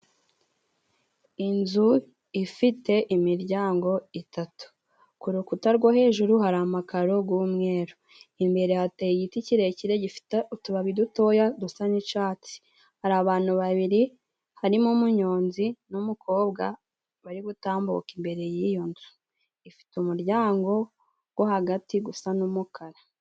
Inzu ifite imiryango itatu. Ku rukuta rwo hejuru hari amakaro g'umweru, imbere hateye igiti kirekire gifite utubabi dutoya dusa n'icatsi. Hari abantu babiri harimo umunyonzi n'umukobwa bari gutambuka imbere y'iyo nzu. Ifite umuryango go hagati gusa n'umukara.